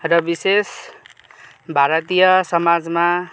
र विशेष भारतीय समाजमा